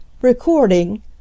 Recording